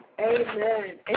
Amen